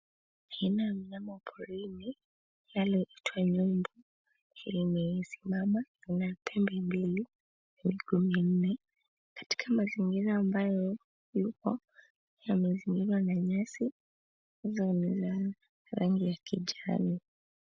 Aina ya mnyama wa porini anayeitwa nyumbu amesimama, ana pembe mbili, miguu minne. Katika mazingira ambapo yupo yamezingirwa na nyasi zenye rangi ya kijani.